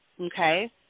okay